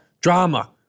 Drama